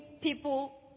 people